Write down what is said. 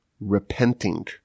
repenting